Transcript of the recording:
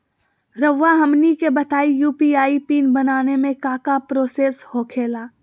रहुआ हमनी के बताएं यू.पी.आई पिन बनाने में काका प्रोसेस हो खेला?